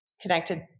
connected